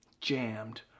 jammed